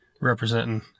Representing